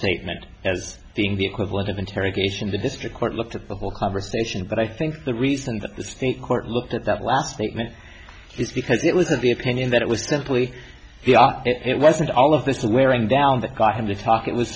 statement as being the equivalent of interrogation the district court looked at the whole conversation but i think the reason that the state court looked at that last statement is because it was of the opinion that it was simply the art it wasn't all of this wearing down that got him to talk it was